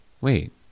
wait